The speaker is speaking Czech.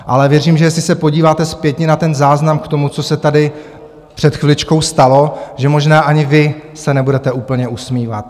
Ale věřím, že jestli se podíváte zpětně na ten záznam k tomu, co se tady před chviličkou stalo, že možná ani vy se nebudete úplně usmívat.